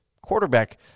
quarterback